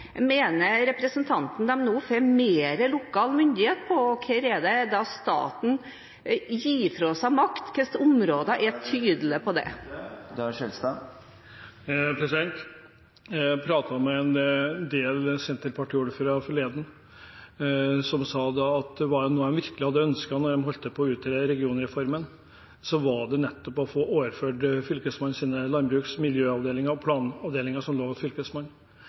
mener representanten de nå får mer lokal myndighet over, og hvor er det staten gir fra seg makt? På hvilke områder er en tydelig på dette? Taletiden er ute. Jeg pratet med en del senterpartiordførere forleden, som sa at var det noe de virkelig ønsket da en utredet regionreformen, var det nettopp å få overført fra Fylkesmannen landbruksavdelingen, miljøavdelingen og planavdelingen, som altså lå hos Fylkesmannen.